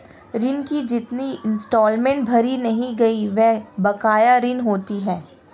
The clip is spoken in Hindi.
ऋण की जितनी इंस्टॉलमेंट भरी नहीं गयी वो बकाया ऋण होती है